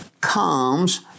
comes